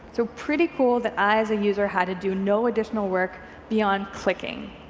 so pretty cool that i as a user had to do no additional work beyond clicking,